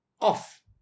off